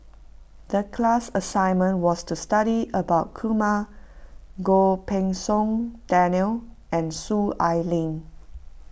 the class assignment was to study about Kumar Goh Pei Siong Daniel and Soon Ai Ling